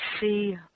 see